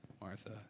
Martha